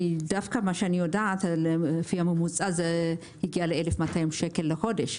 דווקא מה שאני יודעת לפי הממוצע זה הגיע ל-1,200 שקלים לחודש.